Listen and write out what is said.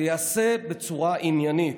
זה ייעשה בצורה עניינית.